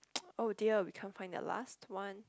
oh dear we can't find the last one